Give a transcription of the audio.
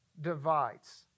divides